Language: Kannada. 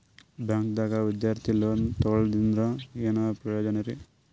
ಬ್ಯಾಂಕ್ದಾಗ ವಿದ್ಯಾರ್ಥಿ ಲೋನ್ ತೊಗೊಳದ್ರಿಂದ ಏನ್ ಪ್ರಯೋಜನ ರಿ?